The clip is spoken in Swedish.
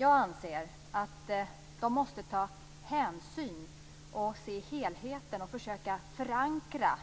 Jag anser att man måste ta hänsyn, se helheten och försöka att förankra